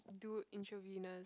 do intravenous